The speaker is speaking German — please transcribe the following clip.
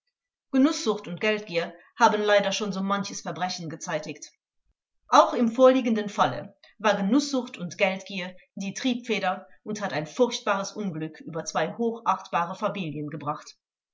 genußsucht und geldgier haben leider schon so manches verbrechen gezeitigt auch im vorliegenden falle war genußsucht und geldgier die triebfeder und hat ein furchtbares unglück über zwei hochachtbare familien gebracht